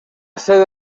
sede